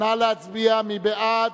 נא להצביע, מי בעד?